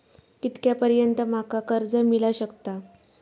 कितक्या पर्यंत माका कर्ज मिला शकता?